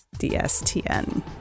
DSTN